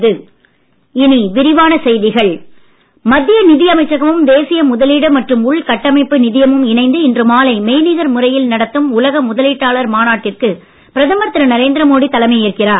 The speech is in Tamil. மோடி வட்டமேஜை மத்திய நிதியமைச்சகமும் தேசிய முதலீடு மற்றும் உள்கட்டமைப்பு நிதியமும் இணைந்து இன்று மாலை மெய்நிகர் முறையில் நடத்தும் உலக முதலீட்டாளர் மாநாட்டிற்கு பிரதமர் திரு நரேந்திர மோடி தலைமை ஏற்கிறார்